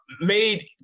made